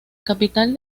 capital